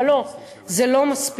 אבל לא, זה לא מספיק.